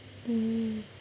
mm